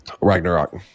Ragnarok